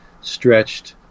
stretched